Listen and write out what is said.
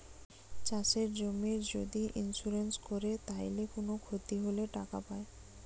চাষের জমির যদি ইন্সুরেন্স কোরে তাইলে কুনো ক্ষতি হলে টাকা পায়